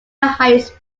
highest